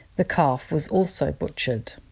the calf was also butchered.